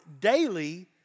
daily